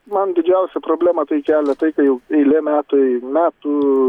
man didžiausią problemą tai kelia tai kai jau eilė metai metų